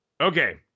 Okay